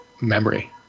memory